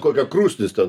kokia krūsnis ten